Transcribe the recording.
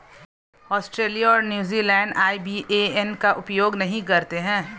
Australia और New Zealand IBAN का उपयोग नहीं करते हैं